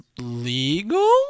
legal